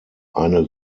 eine